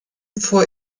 fuhr